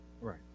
Right